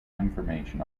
information